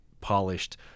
polished